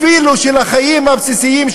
אפילו של החיים הבסיסיים,